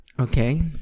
okay